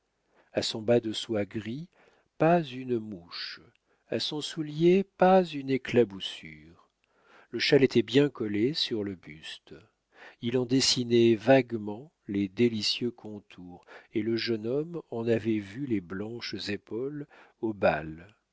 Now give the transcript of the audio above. a son bas de soie gris pas une mouche à son soulier pas une éclaboussure le châle était bien collé sur le buste il en dessinait vaguement les délicieux contours et le jeune homme en avait vu les blanches épaules au bal